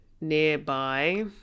nearby